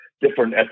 Different